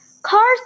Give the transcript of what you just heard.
Cars